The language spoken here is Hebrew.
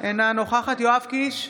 אינה נוכחת יואב קיש,